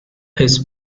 his